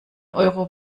euro